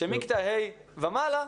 מכיתה ה' ומעלה,